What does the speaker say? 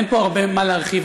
אין פה הרבה מה להרחיב,